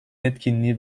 etkinliği